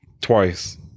twice